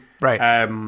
Right